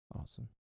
Awesome